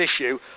issue